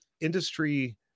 industry